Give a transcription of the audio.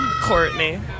Courtney